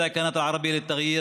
צודק,